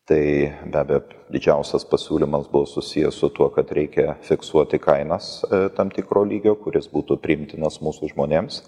tai be abejo didžiausias pasiūlymas buvo susijęs su tuo kad reikia fiksuoti kainas tam tikro lygio kuris būtų priimtinas mūsų žmonėms